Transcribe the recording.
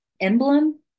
emblem